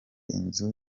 inzu